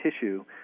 tissue